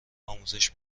آموزش